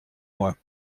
mois